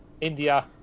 India